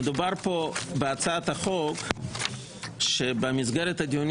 מדובר פה בהצעת החוק שבמסגרת הדיונים